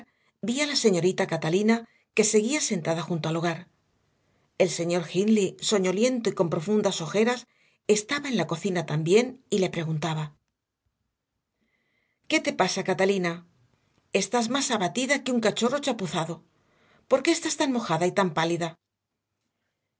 a la señorita catalina que seguía sentada junto al hogar el señor hindley soñoliento y con profundas ojeras estaba en la cocina también y le preguntaba qué te pasa catalina estás más abatida que un cachorro chapuzado por qué estás tan mojada y tan pálida